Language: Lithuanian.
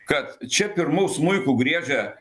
kad čia pirmu smuiku griežia